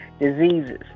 diseases